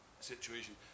situation